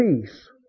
peace